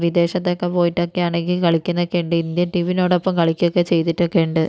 വിദേശത്തൊക്കെ പോയിട്ടൊക്കെ ആണെങ്കിൽ കളിക്കുമെന്നൊക്കെ ഉണ്ട് ഇന്ത്യൻ ടീമിനോടൊപ്പം കളിക്കുകയൊക്കെ ചെയ്തിട്ടൊക്കെ ഉണ്ട്